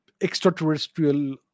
extraterrestrial